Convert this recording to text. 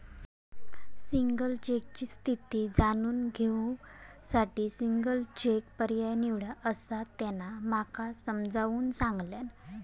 single चेकची स्थिती जाणून घेऊ साठी सिंगल चेक पर्याय निवडा, असा त्यांना माका समजाऊन सांगल्यान